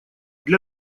для